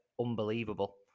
unbelievable